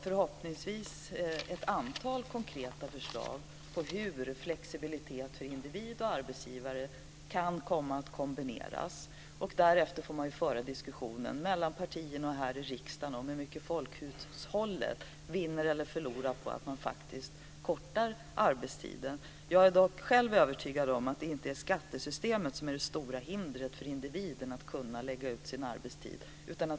Förhoppningsvis får vi ett antal konkreta förslag på hur flexibilitet för individ och arbetsgivare kan komma att kombineras. Därefter får man föra diskussionen, mellan partierna och här i riksdagen, om hur mycket folkhushållet vinner eller förlorar på att man faktiskt kortar arbetstiden. Jag är dock själv övertygad om att det inte är skattesystemet som är det stora hindret för individen då det gäller att kunna lägga ut sin arbetstid.